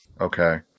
Okay